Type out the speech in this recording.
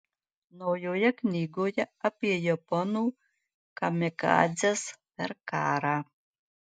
naujoje knygoje apie japonų kamikadzes per karą